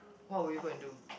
what will you go and do